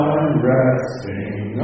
Unresting